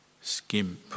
skimp